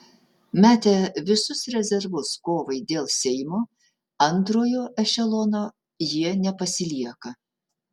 metę visus rezervus kovai dėl seimo antrojo ešelono jie nepasilieka